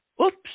oops